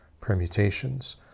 permutations